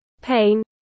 pain